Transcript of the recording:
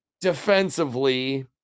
defensively